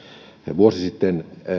vuosi sitten